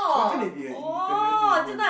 why can't it be an independent movement